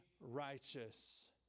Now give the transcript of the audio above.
righteous